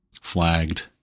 flagged